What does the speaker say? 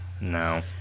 No